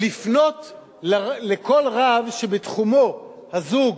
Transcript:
לפנות לכל רב שבתחומו בני-הזוג